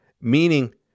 Meaning